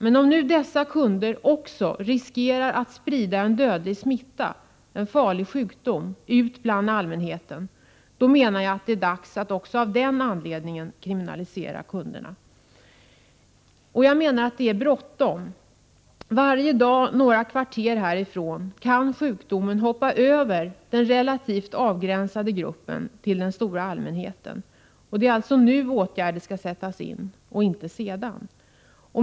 Men om nu dessa kunder dessutom riskerar att sprida en dödlig smitta, en farlig sjukdom, ut bland allmänheten, då är det dags att även av den anledningen kriminalisera kunderna. Det är bråttom, Gertrud Sigurdsen! Varje dag, några kvarter härifrån, kan sjukdomen hoppa över från den relativt avgränsade gruppen till den stora allmänheten. Det är nu åtgärder skall till — inte sedan.